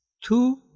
Two